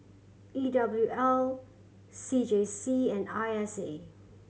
E W L C J C and I S A